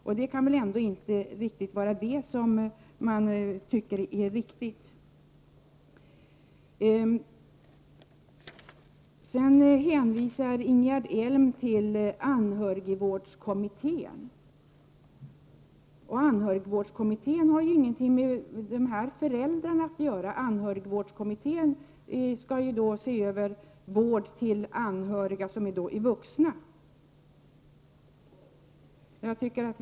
Man kan väl inte tycka att det är riktigt. Ingegerd Elm hänvisar till anhörigvårdskommittén. Den har ingenting med dessa föräldrar att göra, utan den skall se över vård av anhöriga som är vuxna.